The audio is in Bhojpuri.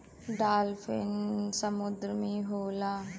डालफिन समुंदर में होला